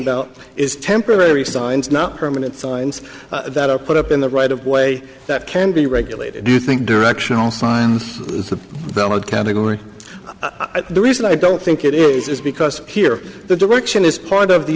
about is temporary signs not permanent signs that are put up in the right of way that can be regulated you think directional signs it's a valid category the reason i don't think it is is because here the direction is part of the